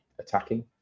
attacking